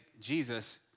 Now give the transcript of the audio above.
Jesus